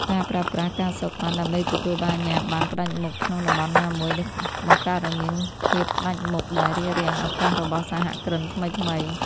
ការប្រើប្រាស់ ការសូកប៉ាន់ ដើម្បីទទួលបានអាជ្ញាបណ្ណផ្ដាច់មុខក្នុងតំបន់ណាមួយ បង្កើតឱ្យមានភាពផ្ដាច់មុខដែលរារាំងឱកាសរបស់សហគ្រិនថ្មីៗ។